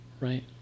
Right